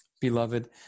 Beloved